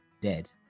dead